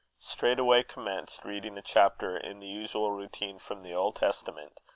straightway commenced reading a chapter in the usual routine from the old testament,